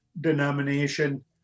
denomination